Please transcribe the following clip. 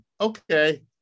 okay